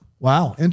Wow